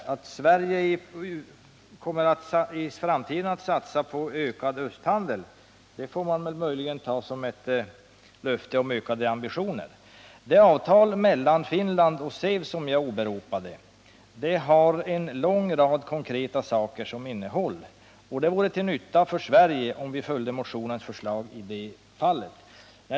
Uttalandet att Sverige i framtiden kommer att satsa på ökad östhandel får man väl ta som ett löfte om ökade ambitioner. Det avtal mellan Finland och SEV som jag åberopade innehåller en lång rad konkreta saker, och det skulle vara till nytta för Sverige om riksdagen följde motionens förslag i det fallet.